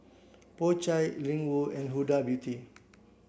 Po Chai Ling Wu and Huda Beauty